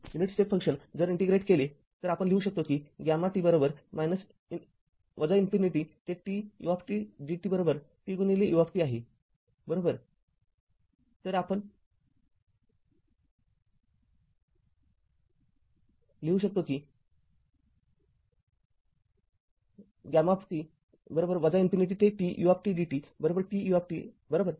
unit step function जर integrate केले तर आपण लिहू शकतो कि γt इन्फिनिटी ते t udttu बरोबर